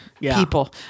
people